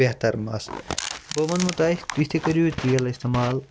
بہتَر مَس بہٕ وَنوٕ تۄہہِ تُہۍ تہِ کٔرِو یہِ تیٖل اِستعمال